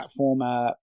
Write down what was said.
platformer